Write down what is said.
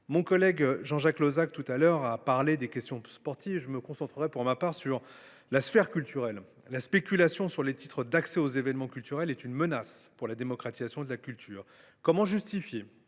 Mon collègue Jean Jacques Lozach ayant parlé des questions sportives, je me concentrerai pour ma part sur la sphère culturelle. La spéculation sur les titres d’accès aux événements culturels représente une menace pour la démocratisation de la culture. Comment justifier